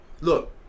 Look